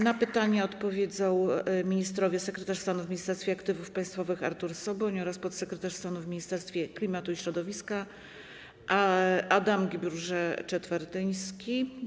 Na pytania odpowiedzą ministrowie: sekretarz stanu w Ministerstwie Aktywów Państwowych Artur Soboń oraz podsekretarz stanu w Ministerstwie Klimatu i Środowiska Adam Guibourgé-Czetwertyński.